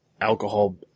alcohol